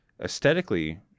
aesthetically